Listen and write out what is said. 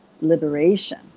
liberation